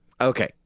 Okay